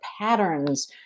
patterns